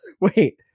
wait